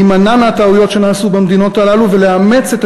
להימנע מהטעויות שנעשו במדינות הללו ולאמץ את